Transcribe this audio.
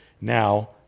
now